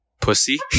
Pussy